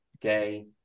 day